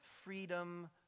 freedom